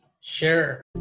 sure